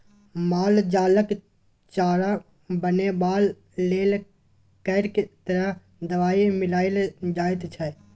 माल जालक चारा बनेबाक लेल कैक तरह दवाई मिलाएल जाइत छै